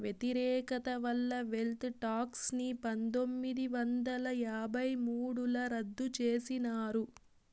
వ్యతిరేకత వల్ల wealth tax ని పందొమ్మిది వందల యాభై మూడుల రద్దు చేసినారు